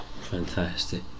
fantastic